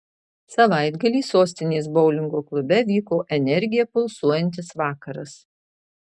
savaitgalį sostinės boulingo klube vyko energija pulsuojantis vakaras